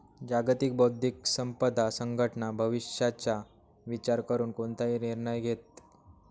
जागतिक बौद्धिक संपदा संघटना भविष्याचा विचार करून कोणताही निर्णय घेते